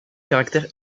caractère